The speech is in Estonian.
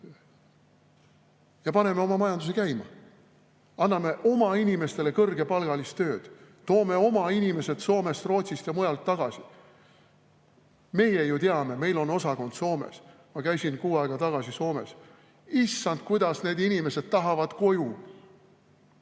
Paneme oma majanduse käima ja anname oma inimestele kõrgepalgalist tööd, toome oma inimesed Soomest, Rootsist ja mujalt tagasi! Meie ju teame, meil on osakond Soomes. Käisin kuu aega tagasi Soomes. Issand, kuidas need inimesed tahavad koju!